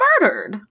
murdered